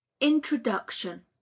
Introduction